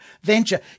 venture